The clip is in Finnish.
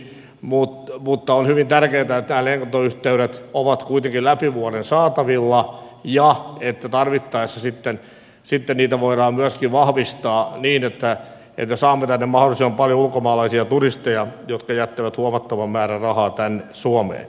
mutta on hyvin tärkeätä että lentoyhteydet ovat kuitenkin läpi vuoden saatavilla ja että tarvittaessa sitten niitä voidaan myöskin vahvistaa niin että saamme tänne mahdollisimman paljon ulkomaalaisia turisteja jotka jättävät huomattavan määrän rahaa tänne suomeen